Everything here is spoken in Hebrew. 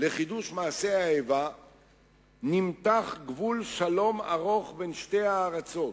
לחידוש מעשי האיבה נמתח גבול שלום ארוך בין שתי הארצות,